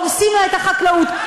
הורסים לה את החקלאות,